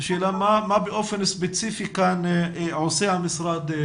השאלה מה באופן ספציפי כאן עושה המשרד,